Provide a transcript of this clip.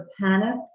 panic